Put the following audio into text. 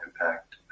impact